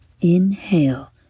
inhale